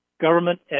government